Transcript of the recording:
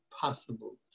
possible